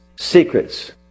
secrets